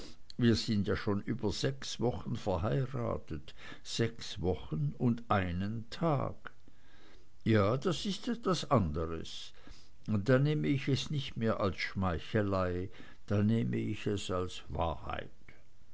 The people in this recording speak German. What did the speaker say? wir sind ja schon über sechs wochen verheiratet sechs wochen und einen tag ja das ist etwas anderes da nehme ich es nicht mehr als schmeichelei da nehme ich es als wahrheit